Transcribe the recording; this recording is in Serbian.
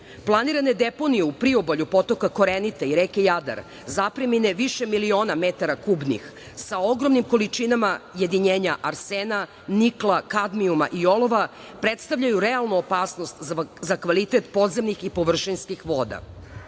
zemljišta. Planirane deponije u priobalju potoka Korenite i reke Jadar zapremene više miliona metara kubnih, sa ogromnim količinama jedinjenja arsena, nikla, kadmijuma i olova predstavljaju realnu opasnost za kvalitet podzemnih i površinskih voda.